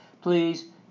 please